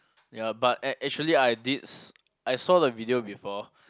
ya but act~ actually I did s~ I saw the video before